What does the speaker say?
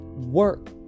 work